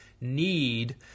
need